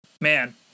man